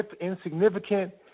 insignificant